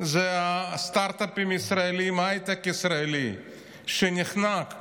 זה הסטרטאפים הישראליים, ההייטק הישראלי שנחנק.